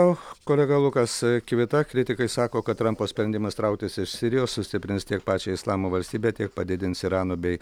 o kolega lukas kivita kritikai sako kad trampo sprendimas trauktis iš sirijos sustiprins tiek pačią islamo valstybę tiek padidins irano bei